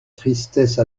tristesse